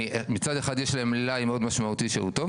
מצד אחד יש להם מלאי מאוד משמעותי שהוא טוב,